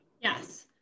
Yes